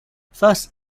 thus